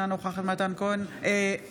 אינה נוכחת מתן כהנא,